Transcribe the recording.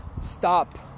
stop